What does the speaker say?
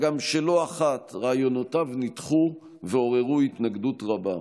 הגם שלא אחת רעיונותיו נדחו ועוררו התנגדות רבה.